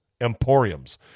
Emporiums